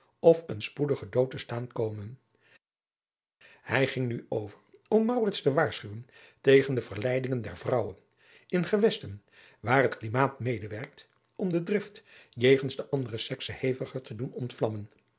of een spoedigen dood te staan komen hij ging nu over om maurits te waarschuwen tegen de verleidingen der vrouwen in gewesten waar het klimaat medewerkt om de drift jegens de andere sekse heviger te doen